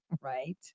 right